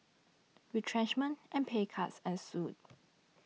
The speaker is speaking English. retrenchment and pay cuts ensued